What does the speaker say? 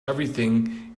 everything